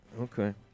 Okay